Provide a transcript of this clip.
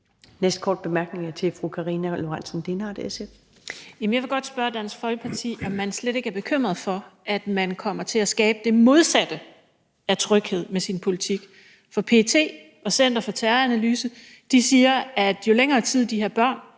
Lorentzen Dehnhardt, SF. Kl. 22:58 Karina Lorentzen Dehnhardt (SF): Jeg vil godt spørge Dansk Folkeparti, om man slet ikke er bekymret for, at man kommer til at skabe det modsatte af tryghed med sin politik. For PET og Center for Terroranalyse siger, at jo længere tid de her børn